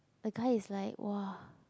the guy is like !wow!